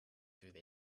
through